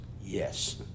Yes